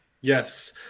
Yes